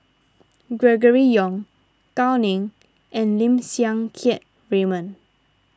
Gregory Yong Gao Ning and Lim Siang Keat Raymond